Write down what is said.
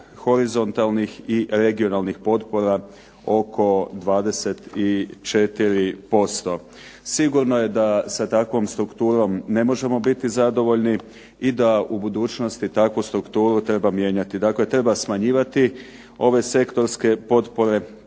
horizontalnih i regionalnih potpora oko 24%. Sigurno je da sa takvom strukturom ne možemo biti zadovoljni i da u budućnosti takvu strukturu treba mijenjati, dakle treba smanjivati ove sektorske potpore,